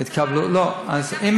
לא, התכוונתי, גם שבוע זה בסדר.